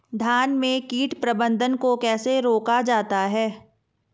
धान में कीट प्रबंधन को कैसे रोका जाता है?